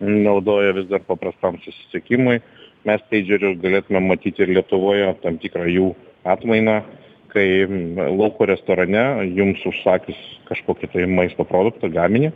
naudoja vis dar paprastam susisiekimui mes peidžerių galėtumėm matyt ir lietuvoje tam tikrą jų atmainą kai lauko restorane jums užsakius kažkokį tai maisto produktą gaminį